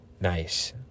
nice